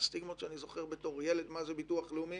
מהסטיגמות שאני זוכר בתור ילד מה זה ביטוח לאומי